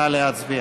נא להצביע.